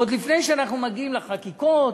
עוד לפני שאנחנו מגיעים לחקיקות,